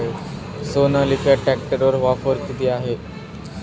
सोनालिका ट्रॅक्टरवर ऑफर किती आहे?